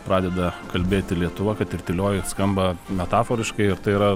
pradeda kalbėti lietuva kad ir tylioji skamba metaforiškai ir tai yra